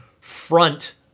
front